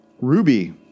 Ruby